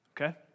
okay